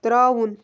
ترٛاوُن